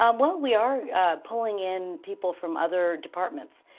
um well, we are pulling in people from other departments,